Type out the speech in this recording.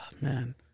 man